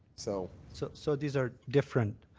so so so these are different.